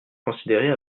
considérée